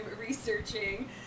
researching